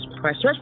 precious